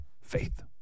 faith